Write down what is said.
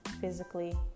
physically